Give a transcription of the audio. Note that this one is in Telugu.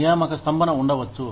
నియామక స్తంభన ఉండవచ్చు